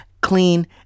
clean